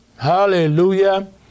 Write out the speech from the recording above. Hallelujah